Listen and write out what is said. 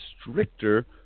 stricter